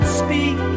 speak